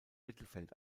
mittelfeld